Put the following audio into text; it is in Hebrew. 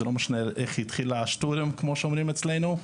זה לא משנה איך התחילה השטולים כמו שאומרים אצלנו,